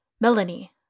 Melanie